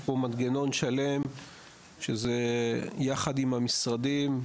יש פה מנגנון שלם שזה יחד עם המשרדים,